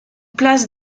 place